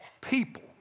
people